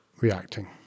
reacting